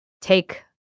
take